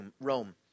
Rome